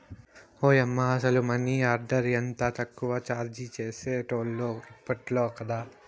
ఓయమ్మ, అసల money order ఎంత తక్కువ చార్జీ చేసేటోల్లో ఇప్పట్లాకాదు